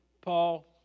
Paul